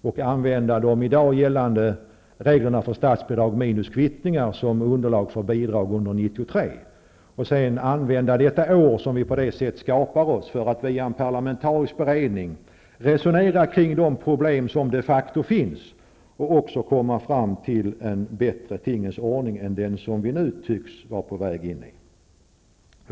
och använda de i dag gällande reglerna för statsbidrag minus kvittningar som underlag för bidrag under 1993, och sedan använda detta år, som vi på detta sätt skapar, för att via en parlamentarisk beredning resonera kring de problem som de facto finns och komma fram till en bättre tingens ordning än den som vi nu tycks vara på väg in i.